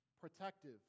protective